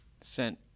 sent